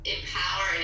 empower